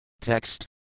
Text